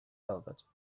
velvet